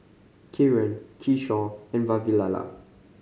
Kiran Kishore and Vavilala